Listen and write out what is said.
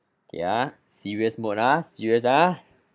ya serious mode ah serious ah